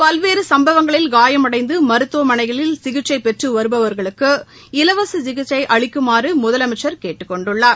பல்வேறு சம்பவங்களில் காயமடைந்து மருத்துவமனைகளில் சிகிச்சை பெற்று வருபவர்களுக்கு இலவச சிகிச்சை அளிக்குமாறு முதலமைச்சர் கேட்டுக் கொண்டுள்ளார்